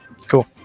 Cool